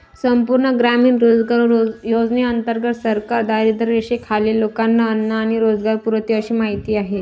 संपूर्ण ग्रामीण रोजगार योजनेंतर्गत सरकार दारिद्र्यरेषेखालील लोकांना अन्न आणि रोजगार पुरवते अशी माहिती आहे